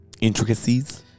Intricacies